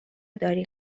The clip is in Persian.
داری